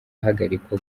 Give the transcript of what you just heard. ahagarikwa